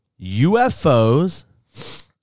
UFO's